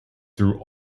through